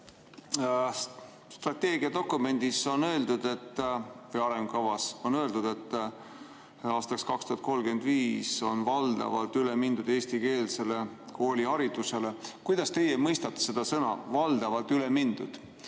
arengukavas on öeldud, et aastaks 2035 on valdavalt üle mindud eestikeelsele kooliharidusele. Kuidas teie mõistate seda, et "valdavalt" on üle mindud?